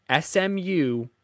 SMU